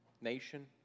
nation